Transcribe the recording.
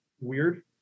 weird